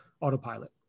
autopilot